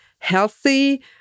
healthy